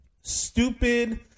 Stupid